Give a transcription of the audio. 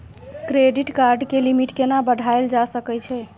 Credit card के limit केना बढायल जा सकै छै?